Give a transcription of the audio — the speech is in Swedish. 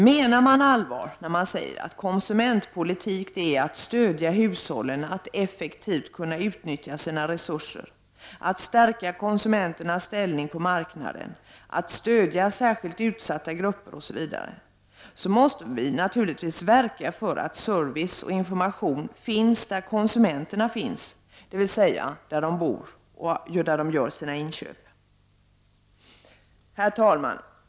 Menar man allvar när man säger att konsumentpolitik är att stödja hushållen att effektivt kunna utnyttja sina resurser, att stärka konsumenternas ställning på marknaden, att stödja särskilt utsatta grupper, osv., så måste man naturligtvis verka för att service och information finns där konsumenterna finns, dvs. där de bor och där de gör sina inköp. Herr talman!